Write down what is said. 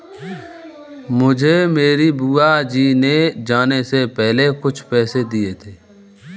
मुझे मेरी बुआ जी ने जाने से पहले कुछ पैसे दिए थे